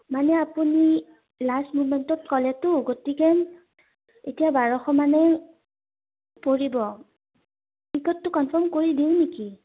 মানে আপুনি লাষ্ট মমেণ্টত ক'লেতো গতিকে এতিয়া বাৰশ মানে পৰিব টিকটটো কনফাৰ্ম কৰি দিওঁ নেকি